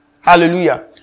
Hallelujah